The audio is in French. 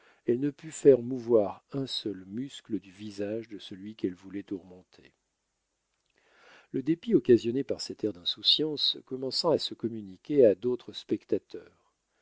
elle ne put faire mouvoir un seul muscle du visage de celui qu'elle voulait tourmenter le dépit occasionné par cet air d'insouciance commença à se communiquer à d'autres spectateurs